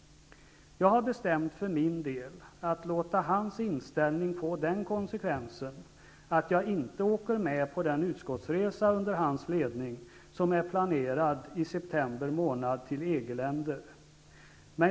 Jag har bestämt för min del att låta hans inställning få den konsekvensen att jag inte åker med på den utskottsresa under hans ledning som är planerad i september till EG-länder. Fru talman!